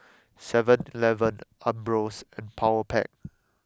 seven eleven Ambros and Powerpac